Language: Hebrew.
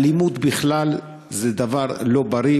אלימות בכלל זה דבר לא בריא,